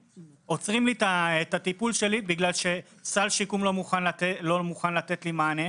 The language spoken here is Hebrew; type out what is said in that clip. עוצרים לי את הטיפול שלי בגלל שסל שיקום לא מוכן לתת לי מענה,